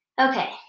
Okay